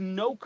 no